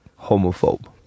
homophobe